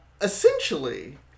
Essentially